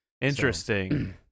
Interesting